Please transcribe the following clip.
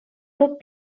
tot